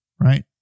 right